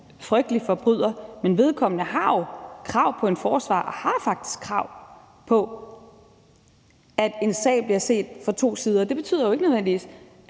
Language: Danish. frygtelig forbryder, men vedkommende har jo krav på en forsvarer og har faktisk krav på, at en sag bliver set fra to sider. Det betyder jo ikke nødvendigvis,